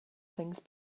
things